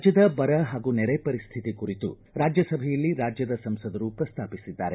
ರಾಜ್ಯದ ಬರ ಹಾಗೂ ನೆರೆ ಪರಿಸ್ವಿತಿ ಕುರಿತು ರಾಜ್ಯಸಭೆಯಲ್ಲಿ ರಾಜ್ಯದ ಸಂಸದರು ಪ್ರಸ್ತಾಪಿಸಿದ್ದಾರೆ